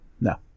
No